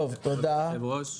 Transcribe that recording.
היושב-ראש,